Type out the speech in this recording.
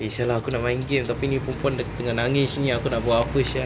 eh [sial] lah aku nak main game tapi ni perempuan tengah nangis ni aku nak buat apa sia